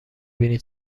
بینی